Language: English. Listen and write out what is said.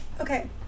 Okay